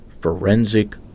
forensic